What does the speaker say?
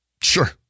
Sure